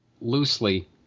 loosely